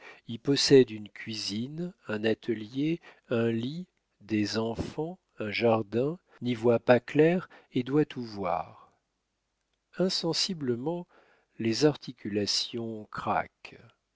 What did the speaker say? y possède une cuisine un atelier un lit des enfants un jardin n'y voit pas clair et doit tout voir insensiblement les articulations craquent